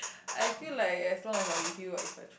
I feel like as long as I with you what is what